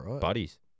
Buddies